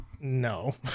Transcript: no